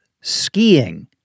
skiing